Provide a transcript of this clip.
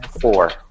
four